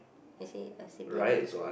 is he a sibling